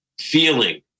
feeling